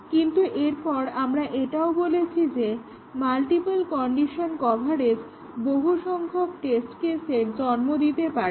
কিন্তু এরপর আমরা এটাও বলেছি যে মাল্টিপল কন্ডিশন কভারেজ বহু সংখ্যক টেস্ট কেসের জন্ম দিতে পারে